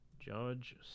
Judge